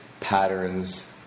patterns